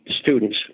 students